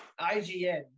IGN